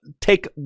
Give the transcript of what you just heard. take